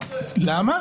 למה?